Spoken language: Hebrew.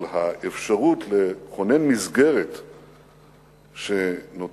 אבל האפשרות לכונן מסגרת שנותנת,